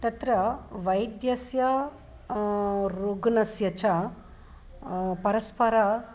तत्र वैद्यस्य रुग्णस्य च परस्परः